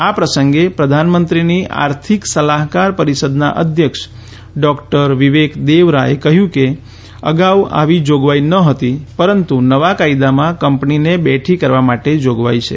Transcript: આ પ્રસંગે પ્રધાનમંત્રીની આર્થિક સલાહકાર પરિષદના અધ્યક્ષ ડોક્ટર વિવેકદેવ રાચે કહ્યું કે અગાઉ આવી જોગવાઇ નહોતી પરંતુ નવા કાયદામાં કંપનીને બેઠી કરવા માટે જોગવાઇ છે